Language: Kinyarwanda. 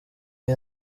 iyi